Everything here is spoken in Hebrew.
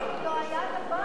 בחיים לא היה דבר כזה.